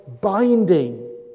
binding